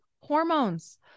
hormones